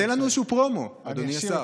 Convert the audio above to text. תן לנו איזשהו פרומו, אדוני השר.